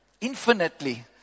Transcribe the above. Infinitely